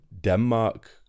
Denmark